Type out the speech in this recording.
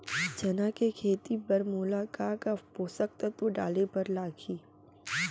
चना के खेती बर मोला का का पोसक तत्व डाले बर लागही?